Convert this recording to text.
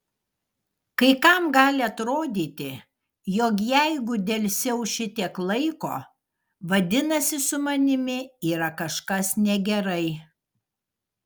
kai kam gali atrodyti jog jeigu delsiau šitiek laiko vadinasi su manimi yra kažkas negerai